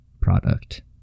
product